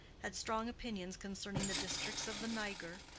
had strong opinions concerning the districts of the niger,